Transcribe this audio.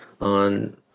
on